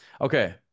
Okay